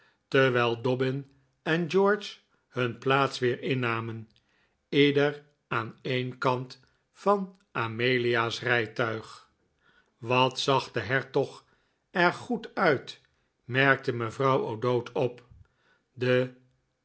terwijl dobbin en george hun plaats weer innamen ieder aan een kant van amelia's rijtuig wat zag de hertog er goed uit merkte mevrouw o'dowd op de